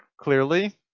Clearly